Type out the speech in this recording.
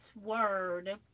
word